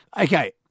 Okay